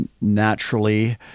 naturally